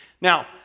Now